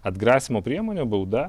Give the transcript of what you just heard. atgrasymo priemonė bauda